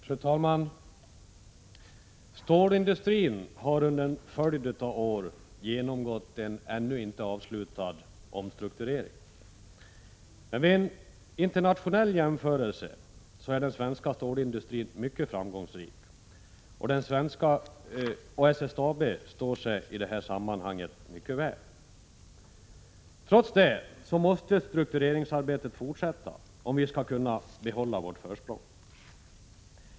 Fru talman! Stålindustrin har under en följd av år genomgått en ännu inte avslutad omstrukturering. Vid internationell jämförelse är den svenska stålindustrin mycket framgångsrik. SSAB står sig i detta sammanhang mycket väl. Trots det måste struktureringsarbetet fortsätta om vi skall kunna behålla vårt försprång.